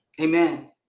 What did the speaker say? Amen